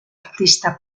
artista